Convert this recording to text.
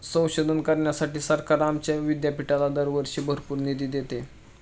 संशोधन करण्यासाठी सरकार आमच्या विद्यापीठाला दरवर्षी भरपूर निधी देते